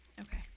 Okay